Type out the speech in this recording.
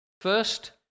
First